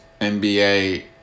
NBA